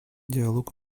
диалог